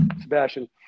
Sebastian